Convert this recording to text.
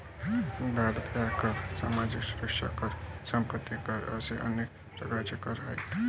भारतात आयकर, सामाजिक सुरक्षा कर, संपत्ती कर असे अनेक प्रकारचे कर आहेत